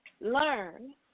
learn